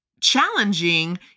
challenging